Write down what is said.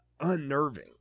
unnerving